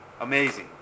amazing